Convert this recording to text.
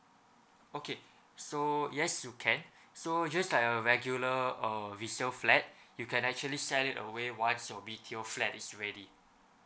okay so yes you can so just like a regular uh resale flat you can actually sell it away once your B_T_O flat is ready